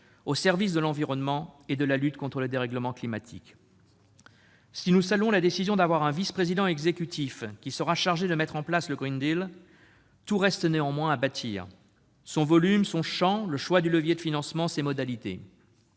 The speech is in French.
au service de l'environnement et de la lutte contre le dérèglement climatique. Si nous saluons la décision de nommer un vice-président exécutif qui sera chargé de mettre en place le Green Deal, tout reste néanmoins à bâtir concernant ce dernier : son volume, son champ, le choix du levier de financement, ses modalités.